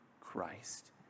Christ